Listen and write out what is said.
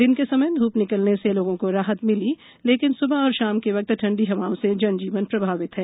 दिन के समय ध्य निकलने से लोगों को राहत मिली लेकिन सुबह और शाम के वक्त ठंडी हवाओं से जनजीवन प्रभावित है